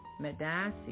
Medasi